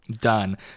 done